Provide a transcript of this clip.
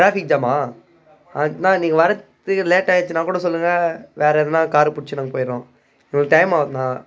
traffic ஜாமா அண்ணா நீங்கள் வர்றத்துக்கு லேட்டாகிடுச்சினா கூட சொல்லுங்கள் வேறு எதுனா காரு பிடிச்சி நாங்கள் போயிடுறோம் எங்களுக்கு டைமாகுதுணா